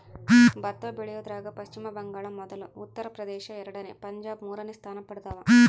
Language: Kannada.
ಭತ್ತ ಬೆಳಿಯೋದ್ರಾಗ ಪಚ್ಚಿಮ ಬಂಗಾಳ ಮೊದಲ ಉತ್ತರ ಪ್ರದೇಶ ಎರಡನೇ ಪಂಜಾಬ್ ಮೂರನೇ ಸ್ಥಾನ ಪಡ್ದವ